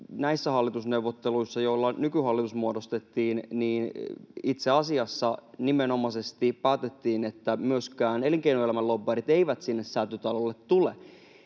näissä hallitusneuvotteluissa, joilla nykyhallitus muodostettiin, itse asiassa nimenomaisesti päätettiin, että myöskään elinkeinoelämän lobbarit eivät sinne Säätytalolle tule.